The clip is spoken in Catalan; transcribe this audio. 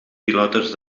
pilotes